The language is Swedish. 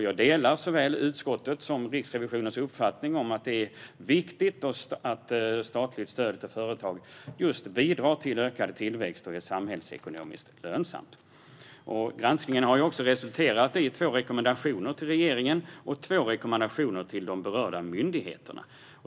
Jag delar såväl utskottets som Riksrevisionens uppfattning att det är viktigt att statligt stöd till företag bidrar till ökad tillväxt och är samhällsekonomiskt lönsamt. Granskningen har resulterat i två rekommendationer till regeringen och två rekommendationer till de berörda myndigheterna.